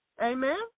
Amen